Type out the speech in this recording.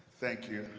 thank you.